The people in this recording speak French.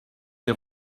des